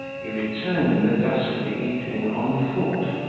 he returned in the dusk of the evening on foot.